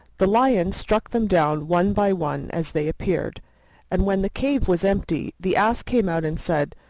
the lion struck them down one by one as they appeared and when the cave was empty the ass came out and said,